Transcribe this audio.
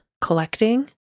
collecting